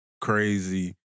crazy